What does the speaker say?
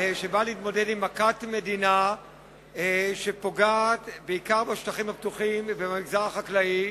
שבא להתמודד עם מכת מדינה שפוגעת בעיקר בשטחים הפתוחים ובמגזר החקלאי.